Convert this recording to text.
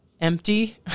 empty